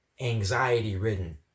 anxiety-ridden